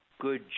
good